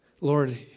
Lord